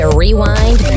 rewind